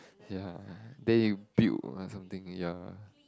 ya then you build or something ya